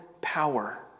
power